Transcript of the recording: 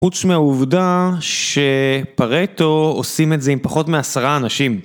חוץ מהעובדה שפרטו עושים את זה עם פחות מעשרה אנשים.